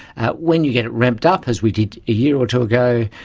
when you get it ramped up, as we did a year or two ago,